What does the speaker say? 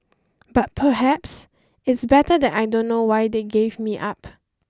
but perhaps it's better that I don't know why they gave me up